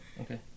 okay